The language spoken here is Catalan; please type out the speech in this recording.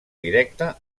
directe